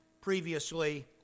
previously